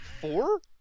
four